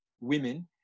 women